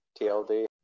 tld